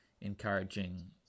encouraging